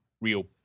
real